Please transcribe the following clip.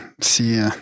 see